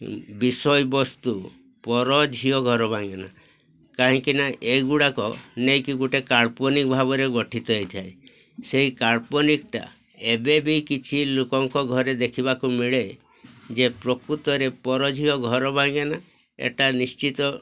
ବିଷୟବସ୍ତୁ ପର ଝିଅ ଘର ଭାଙ୍ଗେନା କାହିଁକିନା ଏଗୁଡ଼ାକ ନେଇକି ଗୋଟେ କାଳ୍ପନିକ୍ ଭାବରେ ଗଠିତ ହେଇଥାଏ ସେଇ କାଳ୍ପନିକ୍ଟା ଏବେବି କିଛି ଲୋକଙ୍କ ଘରେ ଦେଖିବାକୁ ମିଳେ ଯେ ପ୍ରକୃତରେ ପର ଝିଅ ଘର ଭାଙ୍ଗେନା ଏଇଟା ନିଶ୍ଚିତ